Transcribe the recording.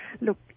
Look